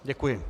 Děkuji.